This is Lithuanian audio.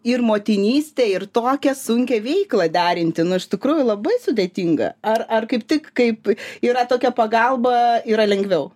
ir motinystę ir tokią sunkią veiklą derinti nu iš tikrųjų labai sudėtinga ar ar kaip tik kaip yra tokia pagalba yra lengviau